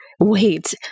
Wait